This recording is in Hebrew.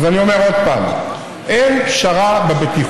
אני אומר עוד פעם: אין פשרה בבטיחות.